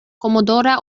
commodore